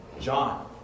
John